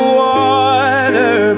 water